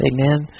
Amen